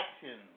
actions